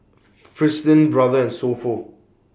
Fristine Brother and So Pho